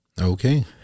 Okay